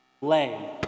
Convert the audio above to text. lay